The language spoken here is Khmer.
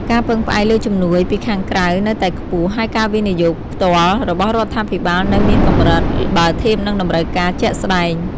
ការពឹងផ្អែកលើជំនួយពីខាងក្រៅនៅតែខ្ពស់ ហើយការវិនិយោគផ្ទាល់របស់រដ្ឋាភិបាលនៅមានកម្រិតបើធៀបនឹងតម្រូវការជាក់ស្តែង។